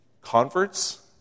converts